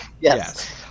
Yes